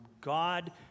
God